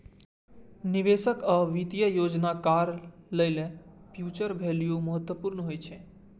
निवेशक आ वित्तीय योजनाकार लेल फ्यूचर वैल्यू महत्वपूर्ण होइ छै